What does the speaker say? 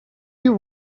you